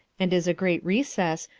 and is a great recess,